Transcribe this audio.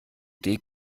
idee